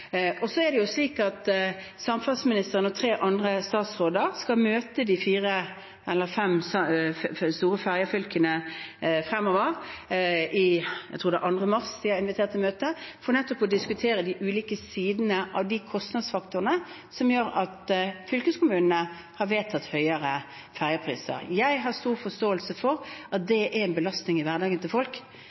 og tre andre statsråder skal møte de fem store fergefylkene – jeg tror det er 2. mars de er invitert til møte – for nettopp å diskutere de ulike sidene av kostnadsfaktorene som gjør at fylkeskommunene har vedtatt høyere fergepriser. Jeg har stor forståelse for at det er en belastning i hverdagen til folk,